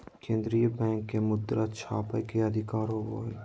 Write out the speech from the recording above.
केन्द्रीय बैंक के मुद्रा छापय के अधिकार होवो हइ